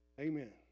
Amen